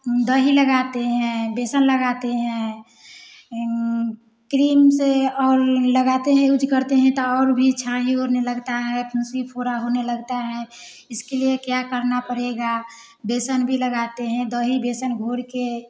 दही लगाते हैं बेसन लगाते हैं क्रीम से और लगाते हैं यूज करते हैं तो और भी छांई होने लगता है फुंसी फोड़ा होने लगता है इसके लिए क्या करना पड़ेगा बेसन भी लगाते हैं दही बेसन घोल के